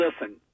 listen